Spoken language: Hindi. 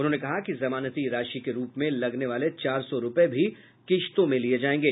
उन्होंने कहा कि जमानती राशि के रूप में लगने वाले चार सौ रूपये भी किस्तों में लिये जायेंगे